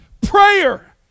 prayer